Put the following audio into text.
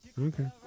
Okay